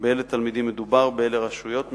באילו תלמידים מדובר, באילו רשויות מדובר,